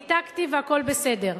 ניתקתי, והכול בסדר.